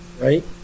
Right